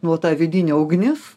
nu va ta vidinė ugnis